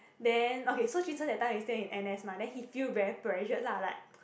then okay so jun sheng that time he is still in his n_s mah then he feel very pressured lah like